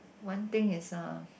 one thing is uh